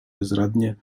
bezradnie